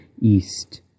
east